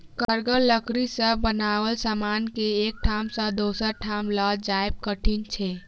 कड़गर लकड़ी सॅ बनाओल समान के एक ठाम सॅ दोसर ठाम ल जायब कठिन होइत छै